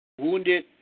wounded